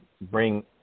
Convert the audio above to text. bring